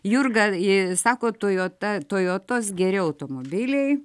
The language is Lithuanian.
jurga sakot tojota tojotos geri automobiliai